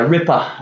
Ripper